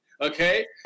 okay